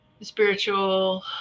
spiritual